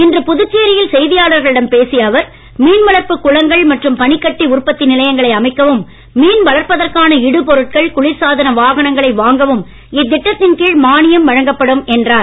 இன்று புதுச்சேரியில் செய்தியாளர்களிடம் பேசிய அவர் மீன்வளர்ப்புக் குளங்கள் மற்றும் பனிக்கட்டி உற்பத்தி நிலையங்களை அமைக்கவும் மீன்வளர்ப்பதற்கான இடுபொருட்கள் குளிர்சாதன வாகனங்களை வாங்கவும் இத்திட்டத்தின் கீழ் மானியம் வழங்கப்படும் என்றார்